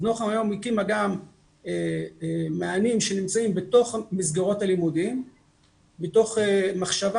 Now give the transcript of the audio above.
נוח"ם היום הקימה גם מענים שנמצאים בתוך מסגרות הלימודים מתוך מחשבה